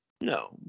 no